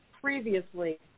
previously